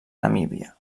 namíbia